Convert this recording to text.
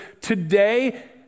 today